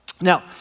Now